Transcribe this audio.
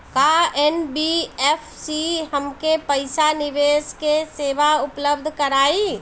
का एन.बी.एफ.सी हमके पईसा निवेश के सेवा उपलब्ध कराई?